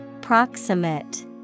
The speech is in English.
Proximate